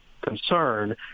concern